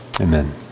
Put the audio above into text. Amen